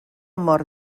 mort